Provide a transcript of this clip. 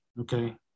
okay